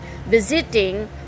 visiting